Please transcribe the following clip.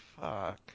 fuck